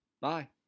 Bye